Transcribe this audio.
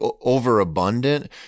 overabundant